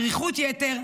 דריכות יתר,